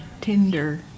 tinder